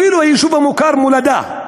אפילו היישוב המוכר מולדה,